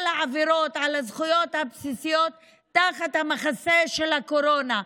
העבירות על הזכויות הבסיסיות תחת המחסה של הקורונה.